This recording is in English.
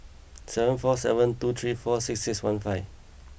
seven four seven two three four six six one five